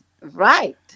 right